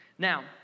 Now